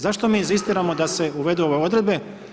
Zašto mi inzistiramo da se uvedu ove odredbe?